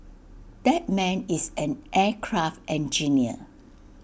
that man is an aircraft engineer